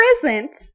present